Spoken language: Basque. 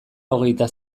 hogeita